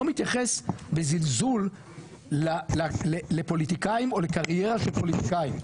לא מתייחס בזלזול לפוליטיקאים או לקריירה של פוליטיקאים,